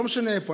לא משנה איפה,